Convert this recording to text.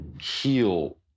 heal